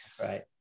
Right